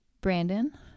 Brandon